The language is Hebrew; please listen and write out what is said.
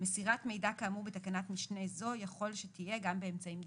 מסירת מידע כאמור בתקנת משנה זו יכול שתהיה גם באמצעים דיגיטליים.